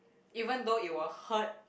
even though it will hurt